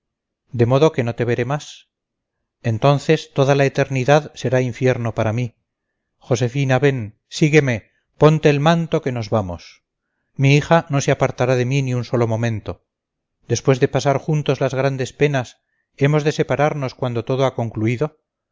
de modo que no te veré más entonces toda la eternidad será infierno para mí josefina ven sígueme ponte el manto que nos vamos mi hija no se apartará de mí ni un solo momento después de pasar juntos las grandes penas hemos de separarnos cuando todo ha concluido